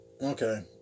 Okay